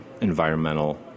environmental